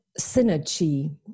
synergy